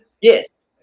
Yes